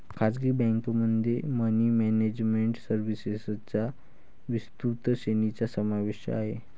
खासगी बँकेमध्ये money management सर्व्हिसेसच्या विस्तृत श्रेणीचा समावेश आहे